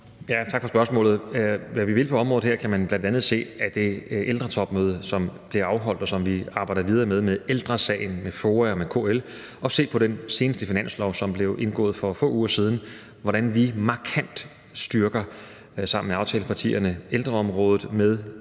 Tak for spørgsmålet. Hvad vi vil på området her, kan man bl.a. se af det ældretopmøde, som blev afholdt, og som vi arbejder videre med – med Ældre Sagen, med FOA og med KL. Og man kan se på den seneste finanslov, som blev indgået for få uger siden, hvordan vi sammen med aftalepartierne markant styrker ældreområdet